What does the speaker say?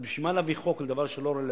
אז בשביל מה להביא חוק לדבר שהוא לא רלוונטי?